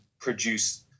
produce